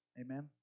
Amen